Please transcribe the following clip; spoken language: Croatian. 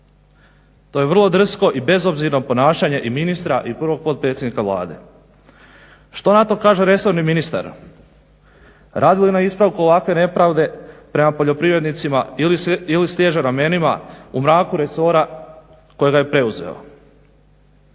To je vrlo drsko i bezobzirno ponašanje i ministra i prvog potpredsjednika Vlade. Što na to kaže resorni ministar? Radi li na ispravku ovakve nepravde prema poljoprivrednicima ili sliježe ramenima u mraku resora kojega je preuzeo?